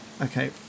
Okay